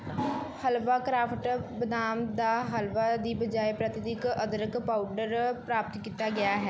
ਹਲਵਾ craft ਬਦਾਮ ਦਾ ਹਲਵਾ ਦੀ ਬਜਾਏ ਪ੍ਰਕ੍ਰਿਤੀਕ ਅਦਰਕ ਪਾਊਡਰ ਪ੍ਰਾਪਤ ਕੀਤਾ ਗਿਆ ਹੈ